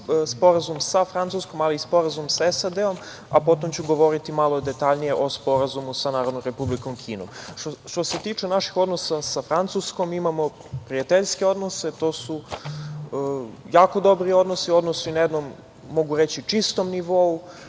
Sporazum sa Francuskom, ali i Sporazum sa SAD, a potom ću govoriti mali detaljnije o Sporazumu sa Narodnom Republikom Kinom. Što se tiče naših odnosa sa Francuskom imamo prijateljske odnose, to su jako dobri odnosi, odnosi na jednom, mogu reći, čistom nivou.